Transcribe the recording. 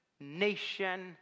nation